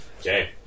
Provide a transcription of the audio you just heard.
Okay